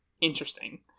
interesting